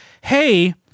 hey